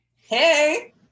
Hey